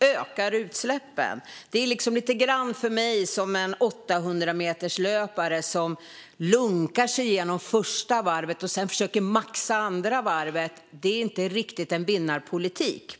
ökar utsläppen. Det är för mig lite grann som en 800-meterslöpare som lunkar sig igenom första varvet och sedan försöker maxa andra varvet. Det är inte riktigt en vinnarpolitik.